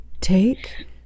take